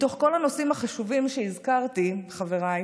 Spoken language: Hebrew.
מתוך כל הנושאים החשובים שהזכרתי, חבריי,